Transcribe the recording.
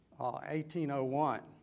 1801